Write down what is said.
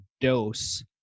dose